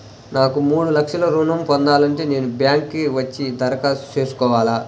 నాకు మూడు లక్షలు ఋణం ను పొందాలంటే నేను బ్యాంక్కి వచ్చి దరఖాస్తు చేసుకోవాలా?